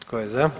Tko je za?